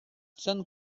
son